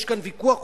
יש פה ויכוח חופשי,